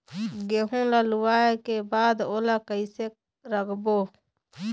गेहूं ला लुवाऐ के बाद ओला कइसे राखबो?